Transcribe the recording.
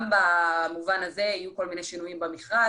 גם במובן הזה יהיו כל מיני שינויים במכרז,